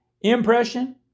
Impression